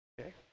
okay